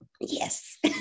Yes